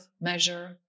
measure